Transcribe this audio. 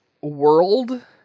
world